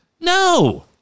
No